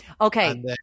Okay